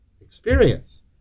experience